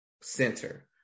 center